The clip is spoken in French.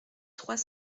trois